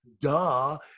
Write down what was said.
Duh